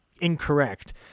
incorrect